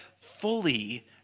fully